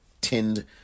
tinned